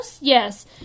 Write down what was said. yes